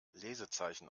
lesezeichen